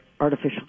artificial